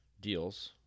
deals